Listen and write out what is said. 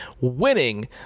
winning